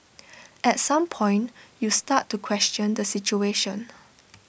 at some point you start to question the situation